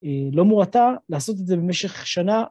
לא מועטה לעשות את זה במשך שנה.